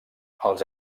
els